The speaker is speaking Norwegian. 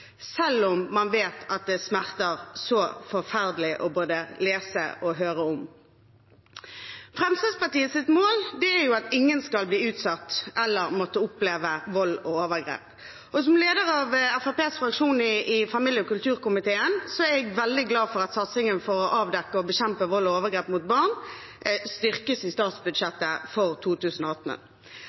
selv om man vet at det smerter så forferdelig både å lese og høre om dem. Fremskrittspartiets mål er at ingen skal bli utsatt for eller måtte oppleve vold og overgrep, og som leder av Fremskrittspartiets fraksjon i familie- og kulturkomiteen er jeg veldig glad for at satsingen for å avdekke og bekjempe vold og overgrep mot barn styrkes i statsbudsjettet for 2018.